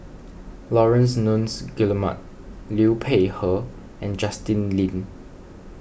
Laurence Nunns Guillemard Liu Peihe and Justin Lean